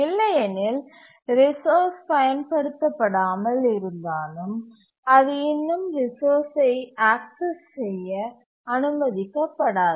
இல்லையெனில் ரிசோர்ஸ் பயன்படுத்த படாமல் இருந்தாலும் அது இன்னும் ரிசோர்ஸ்சை ஆக்சஸ் செய்ய அனுமதிக்கப்படாது